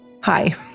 hi